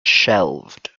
shelved